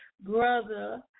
brother